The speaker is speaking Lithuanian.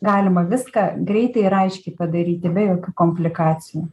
galima viską greitai ir aiškiai padaryti be jokių komplikacijų